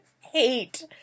hate